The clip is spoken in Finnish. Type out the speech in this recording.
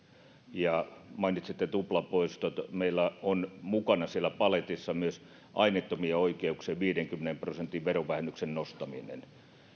ja mainitsitte tuplapoistot meillä on mukana siellä paletissa myös aineettomien oikeuksien viidenkymmenen prosentin verovähennyksen nostaminen